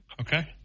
Okay